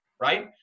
Right